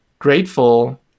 grateful